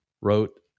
wrote